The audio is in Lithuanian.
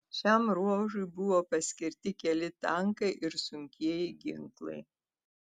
šiam ruožui buvo paskirti keli tankai ir sunkieji ginklai